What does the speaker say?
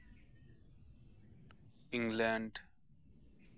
England